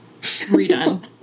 redone